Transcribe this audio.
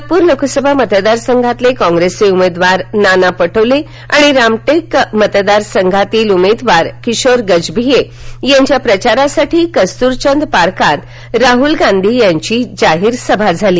नागपूर लोकसभा मतदारसंघातील काँप्रेसचे उमेदवार नाना पटोले आणि रामटेक मतदारसंघातील उमेदवार किशोर गजभिये यांच्या प्रचारासाठी कस्तूरचंद पार्कात राहूल गांधी यांची जाहीर सभा झाली